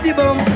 boom